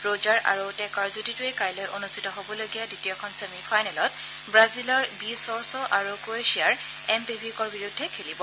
ৰজাৰ আৰু টেকাওৰ যুটীটোৱে কাইলৈ অনুষ্ঠিত হ'বলগীয়া দ্বিতীয়খন ছেমি ফাইনেলত ৱাজিলৰ বি ছৰ্চ আৰু ক্ৰৱেছিয়াৰ এম পেভিকৰ বিৰুদ্ধে খেলিব